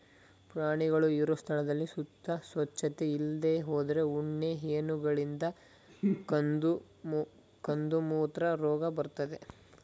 ಪ್ರಾಣಿಗಳು ಇರೋ ಸ್ಥಳದ ಸುತ್ತ ಸ್ವಚ್ಚತೆ ಇಲ್ದೇ ಹೋದ್ರೆ ಉಣ್ಣೆ ಹೇನುಗಳಿಂದ ಕಂದುಮೂತ್ರ ರೋಗ ಬರ್ತದೆ